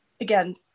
again